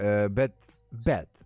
bet bet